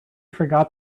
forgot